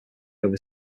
over